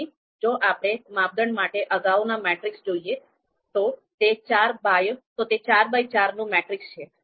તેથી જો આપણે માપદંડ માટે અગાઉના મેટ્રિક્સ જોઈએ તો તે ચાર બાય ચારનું મેટ્રિક્સ છે